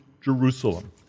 Jerusalem